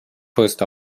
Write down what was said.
post